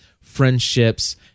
friendships